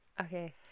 Okay